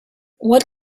what